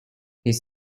his